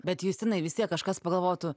bet justinai vis tiek kažkas pagalvotų